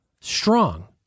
strong